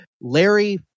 larry